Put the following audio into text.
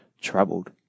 troubled